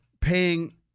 paying